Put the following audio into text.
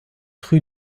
rue